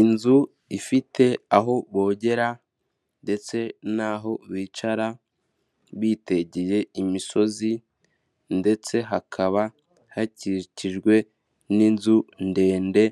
Inzu ifite aho bogera ndetse n'aho bicara hitegeye imisozi ndetse hakaba hakikijwe n'inzu ndende